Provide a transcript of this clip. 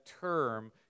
term